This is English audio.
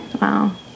Wow